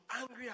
angry